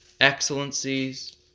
excellencies